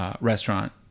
restaurant